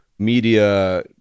media